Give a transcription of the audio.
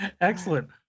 Excellent